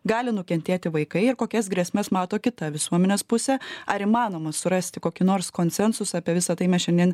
gali nukentėti vaikai ir kokias grėsmes mato kitą visuomenės pusė ar įmanoma surasti kokį nors konsensusą apie visa tai mes šiandien